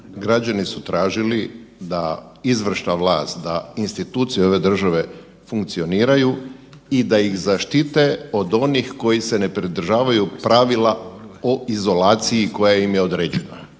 građani su tražili da izvršna vlast, da institucije ove države funkcioniraju i da ih zaštite od onih koji se ne pridržavaju pravila o izolaciji koja im je određena.